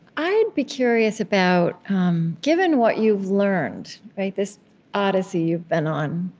i'd be curious about given what you've learned, this odyssey you've been on,